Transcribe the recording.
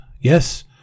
Yes